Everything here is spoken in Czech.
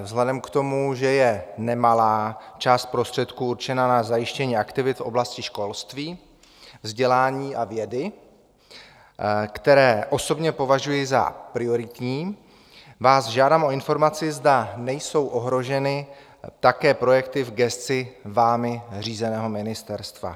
Vzhledem k tomu, že je nemalá část prostředků určená na zajištění aktivit v oblasti školství, vzdělání a vědy, které osobně považuji za prioritní, žádám vás o informaci, zda nejsou ohroženy také projekty v gesci vámi řízeného ministerstva.